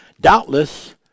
Doubtless